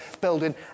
building